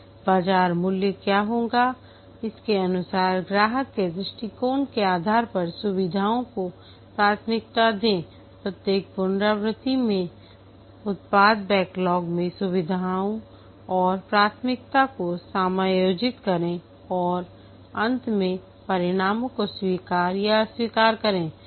बाजार मूल्य क्या होगा इसके अनुसार ग्राहक के दृष्टिकोण के आधार पर सुविधाओं को प्राथमिकता दें प्रत्येक पुनरावृत्ति में उत्पाद बैकलॉग में सुविधाओं और प्राथमिकता को समायोजित करें और अंत में परिणामों को स्वीकार या अस्वीकार करें